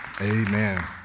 Amen